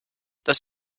das